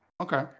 Okay